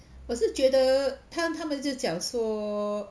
我是觉得他他们就讲说